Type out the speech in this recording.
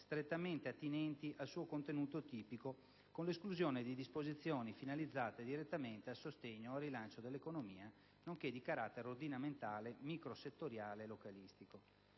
strettamente attinenti al suo contenuto tipico, con l'esclusione di disposizioni finalizzate direttamente al sostegno o al rilancio dell'economia, nonché di carattere ordinamentale, microsettoriale e localistico.